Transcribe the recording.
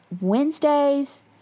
Wednesdays